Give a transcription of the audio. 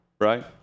right